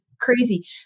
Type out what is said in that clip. crazy